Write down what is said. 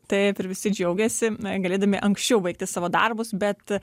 taip ir visi džiaugiasi galėdami anksčiau baigti savo darbus bet